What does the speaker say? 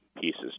pieces